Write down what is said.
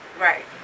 Right